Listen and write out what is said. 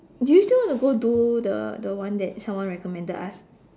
do you still wanna go do the the one that someone recommended us